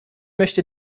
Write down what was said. möchte